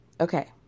Okay